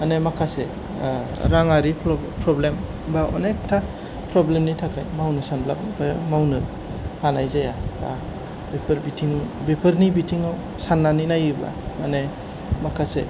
माने माखासे राङारि प्रब्लेम बा अनेकथा प्रब्लेमनि थाखाय मावनो सानबाबो मावनो हानाय जाया बेफोर बिथिं बेफोरनि बिथिङाव साननानै नायोब्ला माने माखासे